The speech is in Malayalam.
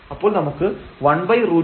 അപ്പോൾ നമുക്ക് 1√2 എന്ന് കിട്ടും